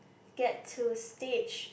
get to stage